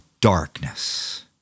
darkness